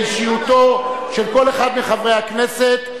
לאישיותו של כל אחד מחברי הכנסת,